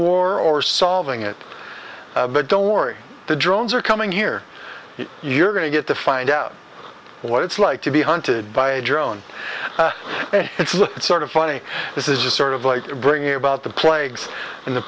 war or solving it but don't worry the drones are coming here you're going to get to find out what it's like to be hunted by a drone and it's sort of funny this is just sort of like bringing about the plagues in the